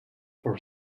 for